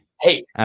Hey